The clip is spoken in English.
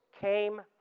came